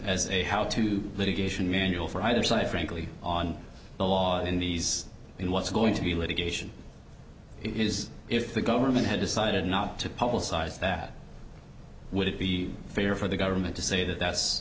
as a how to litigation manual for either side frankly on the law in these in what's going to be litigation is if the government had decided not to publicize that would it be fair for the government to say that that's